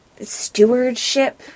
stewardship